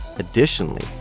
Additionally